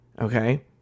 Okay